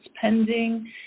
pending